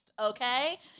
Okay